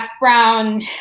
brown